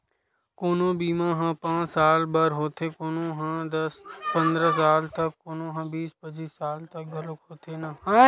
कोनो बीमा ह पाँच साल बर होथे, कोनो ह दस पंदरा साल त कोनो ह बीस पचीस साल बर घलोक होथे न